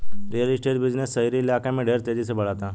real estate business शहरी इलाका में ढेर तेजी से बढ़ता